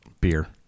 beer